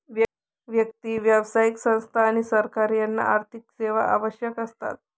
व्यक्ती, व्यावसायिक संस्था आणि सरकार यांना आर्थिक सेवा आवश्यक असतात